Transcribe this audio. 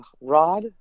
Rod